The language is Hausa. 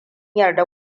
yarda